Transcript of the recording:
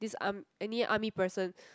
this arm~ any army person